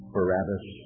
Barabbas